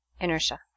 inertia